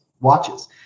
watches